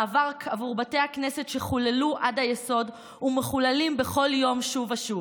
מאבק עבור בתי הכנסת שחוללו עד היסוד ומחוללים בכל יום שוב ושוב,